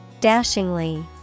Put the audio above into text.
Dashingly